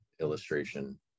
illustration